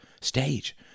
stage